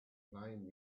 playing